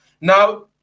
Now